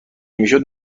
میشد